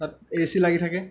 তাত এ চি লাগি থাকে